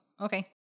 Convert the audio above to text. okay